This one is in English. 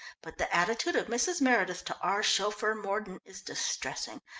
but the attitude of mrs. meredith to our chauffeur mordon, is distressing,